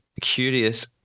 curious